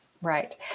Right